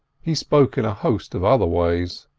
he spoke in a host of other ways.